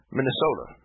Minnesota